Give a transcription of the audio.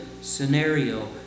scenario